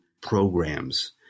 programs